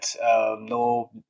no